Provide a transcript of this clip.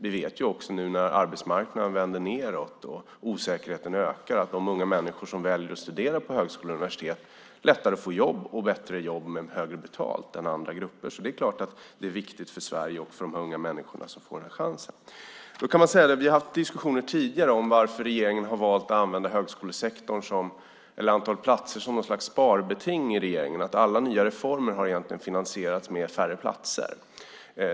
Vi vet också nu när arbetsmarknaden vänder nedåt och osäkerheten ökar att de unga människor som väljer att studera på högskolor och universitet lättare får jobb, bättre jobb och högre betalt än andra grupper. Så det är klart att det är viktigt för Sverige och för de unga människor som får den chansen. Vi har haft diskussioner tidigare om varför regeringen har valt att använda antalet platser som något slags sparbeting. Alla nya reformer har egentligen finansierats med färre platser.